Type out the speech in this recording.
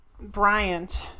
Bryant